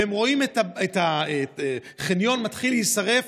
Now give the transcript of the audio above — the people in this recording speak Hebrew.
והם רואים את החניון מתחיל להישרף.